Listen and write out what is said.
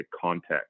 context